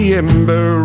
ember